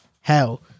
hell